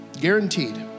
Guaranteed